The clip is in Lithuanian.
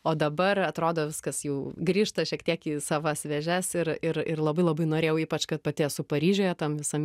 o dabar atrodo viskas jau grįžta šiek tiek į savas vėžes ir ir ir labai labai norėjau ypač kad pati esu paryžiuje tam visam